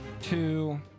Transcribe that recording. two